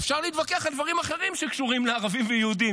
אפשר להתווכח על דברים אחרים שקשורים לערבים ויהודים,